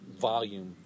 volume